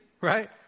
right